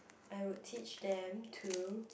I would teach them to